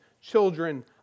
children